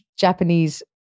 Japanese